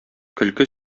көлке